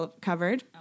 covered